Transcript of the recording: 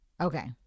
Okay